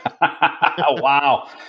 wow